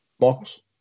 Michaels